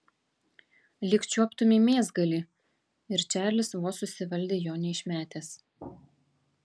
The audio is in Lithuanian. lyg čiuoptumei mėsgalį ir čarlis vos susivaldė jo neišmetęs